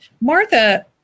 Martha